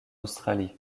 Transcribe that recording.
australie